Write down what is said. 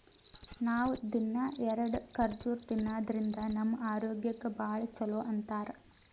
ನಾವ್ ದಿನ್ನಾ ಎರಡ ಖರ್ಜುರ್ ತಿನ್ನಾದ್ರಿನ್ದ ನಮ್ ಆರೋಗ್ಯಕ್ ಭಾಳ್ ಛಲೋ ಅಂತಾರ್